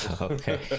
Okay